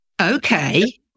okay